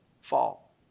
fall